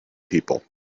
people